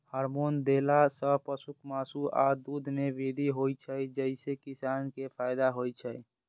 hormone देला सं पशुक मासु आ दूध मे वृद्धि होइ छै, जइसे किसान कें फायदा होइ छै